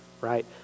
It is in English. right